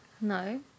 No